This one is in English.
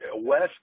West